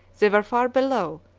they were far below,